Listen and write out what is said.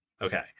Okay